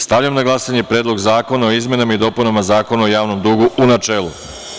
Stavljam na glasanje Predlog zakona o izmena i dopunama Zakona o javnom dugu, u načelu.